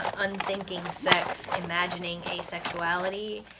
unthinking sex, imagining asexuality,